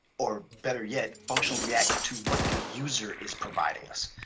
or better yet, functionally react to what the user is providing us.